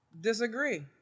disagree